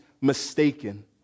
mistaken